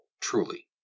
truly